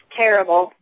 terrible